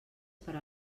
per